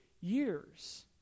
years